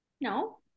no